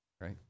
Right